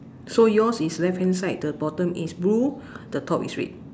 so yours is left hand side the bottom is blue the top is red